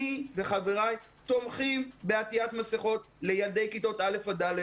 אני וחבריי תומכים בעיית מסכות לילדי כיתות א' עד ד',